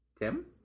Tim